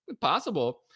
Possible